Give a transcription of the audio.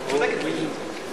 ואת צודקת בעניין הזה,